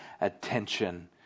attention